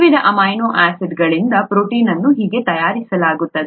ವಿವಿಧ ಅಮೈನೋ ಆಸಿಡ್ಗಳಿಂದ ಪ್ರೋಟೀನ್ ಅನ್ನು ಹೀಗೆ ತಯಾರಿಸಲಾಗುತ್ತದೆ